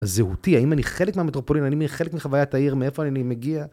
זהותי, האם אני חלק מהמטרופולין, אני חלק מחוויית העיר, מאיפה אני מגיע?